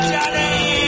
Johnny